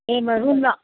ए म रुम न